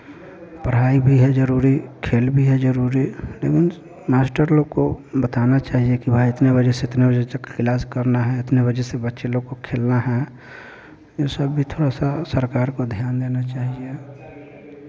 पढ़ाई भी है ज़रूरी खेल भी है ज़रूरी लेकिन मास्टर लोग को बताना चाहिए कि भाई इतने बजे से इतने बजे तक क्लास करना है इतने बजे से बच्चे लोग को खेलना है ये सब भी थोड़ा सा सरकार को ध्यान देना चाहिए